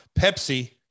Pepsi